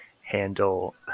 handle